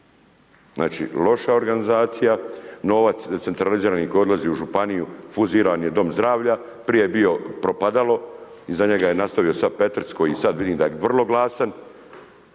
Znači loša organizacija, novac, centralizirani koji odlazi u županiju fuziran je dom zdravlja, prije je bio propadalo, iz njega je nastavio sada Petric koji sada vidim da je vrlo glasan.